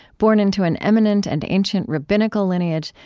born into an eminent and ancient rabbinical lineage,